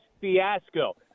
fiasco